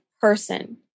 person